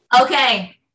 Okay